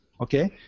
Okay